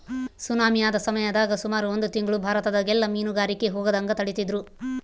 tsunami ಆದ ಸಮಯದಾಗ ಸುಮಾರು ಒಂದು ತಿಂಗ್ಳು ಭಾರತದಗೆಲ್ಲ ಮೀನುಗಾರಿಕೆಗೆ ಹೋಗದಂಗ ತಡೆದಿದ್ರು